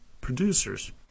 producers